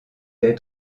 des